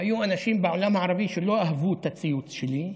היו אנשים בעולם הערבי שלא אהבו את הציוץ שלי,